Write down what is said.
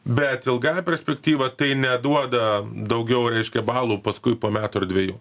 bet ilgąja perspektyva tai neduoda daugiau reiškia balų paskui po metų ar dvejų